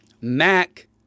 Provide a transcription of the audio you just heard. Mac